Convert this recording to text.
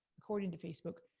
according to facebook.